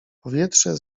powietrze